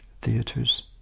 theaters